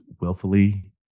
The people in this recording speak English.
willfully